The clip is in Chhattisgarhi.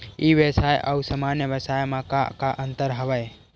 ई व्यवसाय आऊ सामान्य व्यवसाय म का का अंतर हवय?